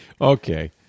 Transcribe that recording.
Okay